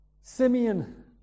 Simeon